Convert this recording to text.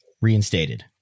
reinstated